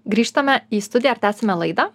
grįžtame į studiją ir tęsiame laidą